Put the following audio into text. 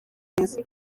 neza